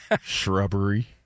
Shrubbery